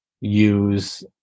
use